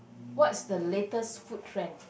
what's the latest food trend